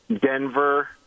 Denver